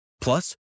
Plus